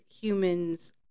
humans